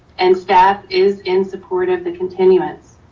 and staff is in supportive the continuance.